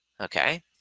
Okay